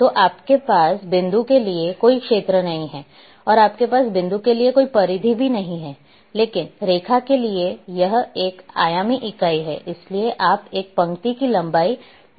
तो आपके पास बिंदु के लिए कोई क्षेत्र नहीं है और आपके पास बिंदु के लिए कोई परिधि नहीं है लेकिन रेखा के लिए यह एक आयामी इकाई है इसलिए आप एक पंक्ति की लंबाई माप सकते हैं